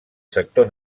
sector